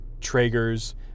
Traeger's